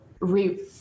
re